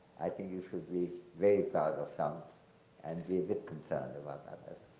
i think you should be very proud of some and be a bit concerned about others.